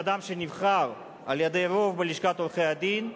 אדם שנבחר על-ידי רוב בלשכת עורכי-הדין,